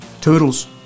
toodles